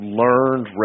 learned